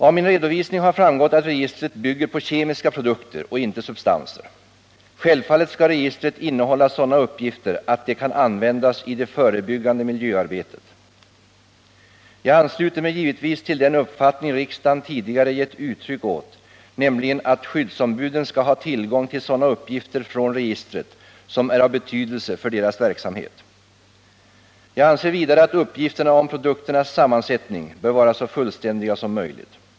Av min redovisning har framgått att registret bygger på kemiska produkter och inte substanser. Självfallet skall registret innehålla sådana uppgifter att det kan användas i det förebyggande miljöarbetet. Jag ansluter mig givetvis till den uppfattning riksdagen tidigare gett uttryck åt, nämligen att skyddsombuden skall ha tillgång till sådana uppgifter från registret som är av betydelse för deras verksamhet. Jag anser vidare att uppgifterna om produkternas sammansättning bör vara så fullständiga som möjligt.